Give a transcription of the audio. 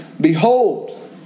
Behold